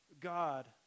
God